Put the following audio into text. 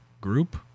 group